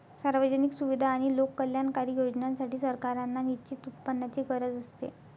सार्वजनिक सुविधा आणि लोककल्याणकारी योजनांसाठी, सरकारांना निश्चित उत्पन्नाची गरज असते